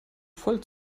voll